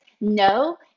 no